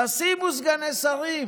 תשימו סגני שרים,